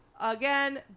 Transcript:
again